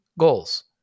goals